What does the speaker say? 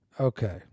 Okay